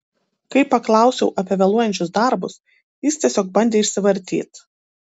kai paklausiau apie vėluojančius darbus jis tiesiog bandė išsivartyt